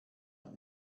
und